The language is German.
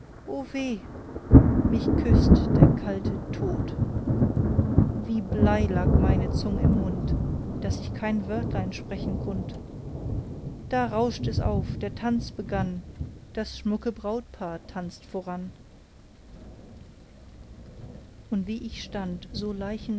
mich küßt der kalte tod wie blei lag meine zung im mund daß ich kein wörtlein sprechen kunt da rauscht es auf der tanz begann das schmucke brautpaar tanzt voran und wie ich stand so